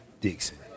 Dixon